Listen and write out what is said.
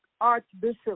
Archbishop